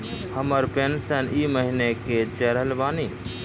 हमर पेंशन ई महीने के चढ़लऽ बानी?